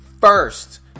first